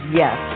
yes